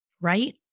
right